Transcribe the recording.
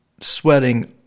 sweating